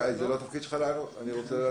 זה לא התפקיד שלך לענות, אני רוצה לדעת